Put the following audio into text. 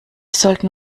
sollten